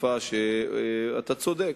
שאתה צודק.